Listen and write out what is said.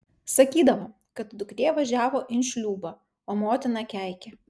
sakydavo kad duktė važiavo in šliūbą o motina keikė